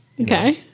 Okay